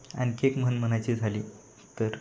आणखी एक म्हण म्हणायची झाली तर